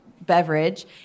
beverage